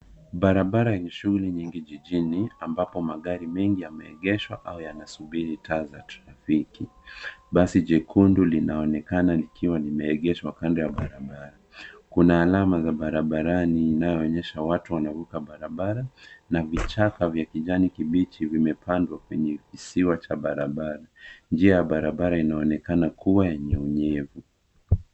Barabara yenye shughuli nyingi jijini ambapo magari mengi yameegeshwa au yanasubiri taa za trafiki. Basi jekundu linaonekana likiwa limeegeshwa kando ya barabara. Kuna alama za barabarani inayonyesha watu wanavuka barabara na vichaka vya kijani kibichi vimepandwa kwenye kisiwa cha barabara. Njia ya barabara inaonekana kuwa yenye unyevu.